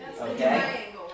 okay